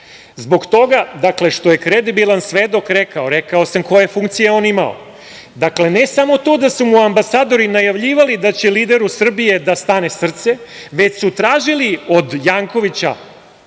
zbog toga što je kredibilan svedok rekao, rekao sam koje funkcije je on imao, dakle, ne samo to da su mu ambasadori najavljivali da će lideru Srbije da stane srce, već su tražili od Jankovića,